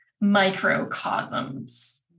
microcosms